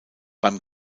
beim